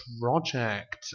Project